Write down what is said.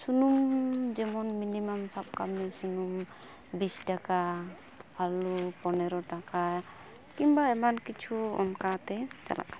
ᱥᱩᱱᱩᱢᱻ ᱡᱮᱢᱚᱱ ᱢᱤᱱᱤᱢᱟᱢ ᱥᱟᱵᱽᱠᱟᱜ ᱢᱮ ᱥᱩᱱᱩᱢ ᱵᱤᱥ ᱴᱟᱠᱟ ᱟᱞᱩ ᱯᱚᱱᱮᱨᱚ ᱴᱟᱠᱟ ᱠᱤᱢᱵᱟ ᱮᱢᱟᱱ ᱠᱤᱪᱷᱩ ᱚᱱᱠᱟᱛᱮ ᱪᱟᱞᱟᱜ ᱠᱟᱱᱟ